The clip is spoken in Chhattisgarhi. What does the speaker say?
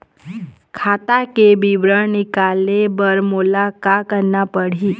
खाता के विवरण निकाले बर मोला का करना पड़ही?